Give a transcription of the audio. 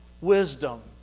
wisdom